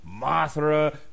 Mothra